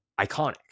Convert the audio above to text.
iconic